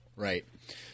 Right